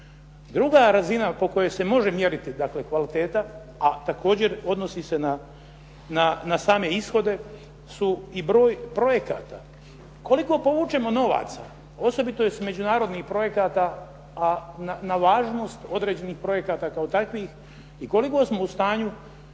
Druga razina po kojoj se može mjeriti kvaliteta, a također odnosi se na same ishode su i broj projekata. Koliko povučemo novaca osobito i s međunarodnih projekata, a na važnost određenih projekata kao takvih i koliko smo u stanju